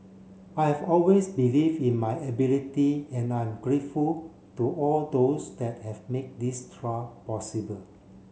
I have always believe in my ability and I'm grateful to all those that have made this trial possible